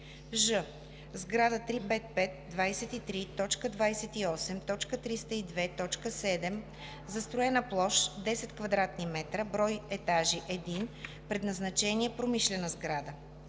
ж) сграда 35523.28.302.7, застроена площ 10 кв. м, брой етажи 1, предназначение: промишлена сграда;